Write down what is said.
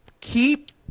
keep